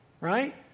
Right